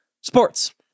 sports